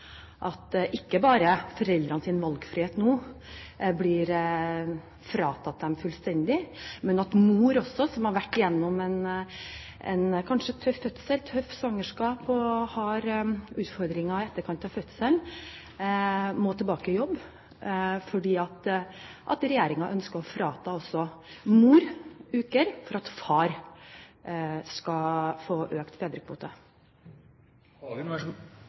at ikke bare foreldrenes valgfrihet nå blir fratatt dem fullstendig, men at mor også, som har vært gjennom en kanskje tøff fødsel, et tøft svangerskap og har utfordringer i etterkant av fødselen, må tilbake i jobb fordi regjeringen ønsker å frata mor uker for at far skal få økt